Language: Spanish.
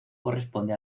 corresponde